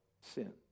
sin